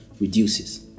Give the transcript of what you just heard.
reduces